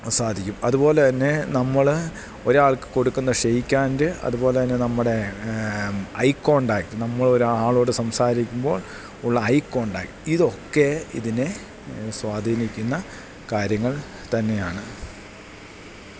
സാധിക്കും അതുപോലെ തന്നെ നമ്മള് ഒരാൾക്ക് കൊടുക്കുന്ന ഷേയ്ക്കാൻറ്റ് അതുപോലെ തന്നെ നമ്മുടെ ഐക്കോണ്ടാക്റ്റ് നമ്മളൊരാളോടു സംസാരിക്കുമ്പോൾ ഉള്ള ഐക്കോണ്ടാക്റ്റ് ഇതൊക്കെ ഇതിനെ സ്വാധീനിക്കുന്ന കാര്യങ്ങൾ തന്നെയാണ്